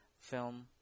film